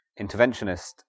interventionist